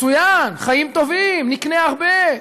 מצוין, חיים טובים, נקנה הרבה.